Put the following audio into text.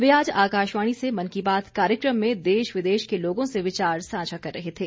वे आज आकाशवाणी से मन की बात कार्यक्रम में देश विदेश के लोगों से विचार साझा कर रहे थे